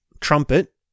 trumpet